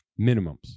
minimums